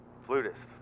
flutist